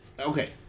okay